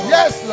Yes